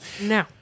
No